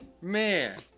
Man